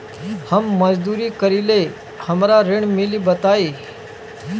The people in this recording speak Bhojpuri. हम मजदूरी करीले हमरा ऋण मिली बताई?